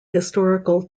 historical